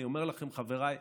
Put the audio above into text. אני אומר לכם, חבריי,